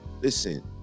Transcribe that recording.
listen